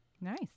Nice